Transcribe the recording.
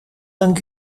dan